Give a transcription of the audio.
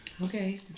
Okay